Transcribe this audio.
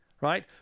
Right